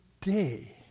day